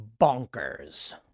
bonkers